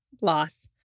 loss